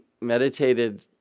meditated